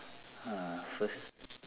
ha first